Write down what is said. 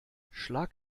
schlag